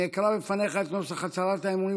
אני אקרא בפניך את נוסח הצהרת האמונים